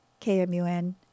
KMUN